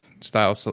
style